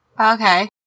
Okay